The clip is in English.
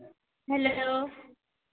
hello